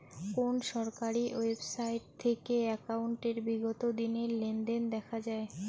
কোন সরকারি ওয়েবসাইট থেকে একাউন্টের বিগত দিনের লেনদেন দেখা যায়?